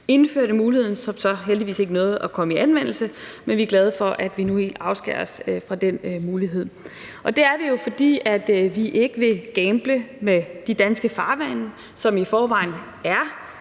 indførte muligheden, som så heldigvis ikke nåede at komme i anvendelse. Men vi er glade for, at man nu afskærer den mulighed. Og det er vi jo, fordi vi ikke vil gamble med de danske farvande, som i forvejen er